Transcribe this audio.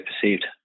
perceived